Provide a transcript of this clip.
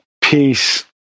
Peace